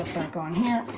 back on here.